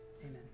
Amen